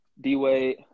D-Wade